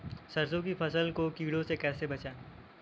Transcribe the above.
सरसों की फसल को कीड़ों से कैसे बचाएँ?